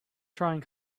trying